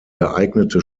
geeignete